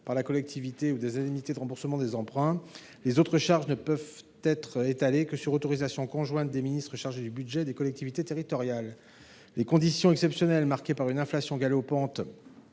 par la collectivité, ou des indemnités de remboursement des emprunts, les autres charges ne peuvent être étalées que sur autorisation conjointe des ministres chargés du budget et des collectivités territoriales. Les conditions exceptionnelles que constituent l’inflation galopante